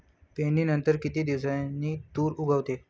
पेरणीनंतर किती दिवसांनी तूर उगवतो?